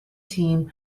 team